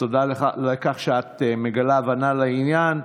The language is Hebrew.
תודה על כך שאת מגלה הבנה לעניין.